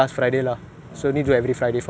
don't forget lah just do correctly